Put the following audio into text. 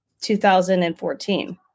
2014